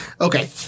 Okay